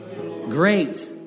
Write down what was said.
Great